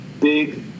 big